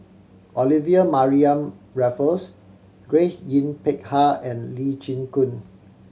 Olivia Mariamne Raffles Grace Yin Peck Ha and Lee Chin Koon